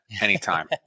anytime